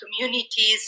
communities